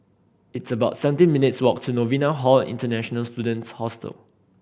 it's about seventeen minutes' walk to Novena Hall International Students Hostel